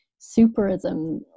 superism